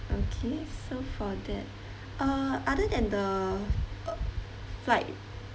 okay so for that err other than the uh flight